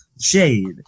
shade